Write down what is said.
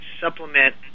supplement